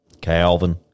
Calvin